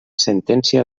sentència